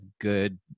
good